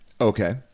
Okay